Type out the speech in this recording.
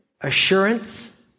assurance